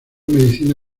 medicina